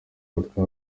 hafatwa